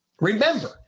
remember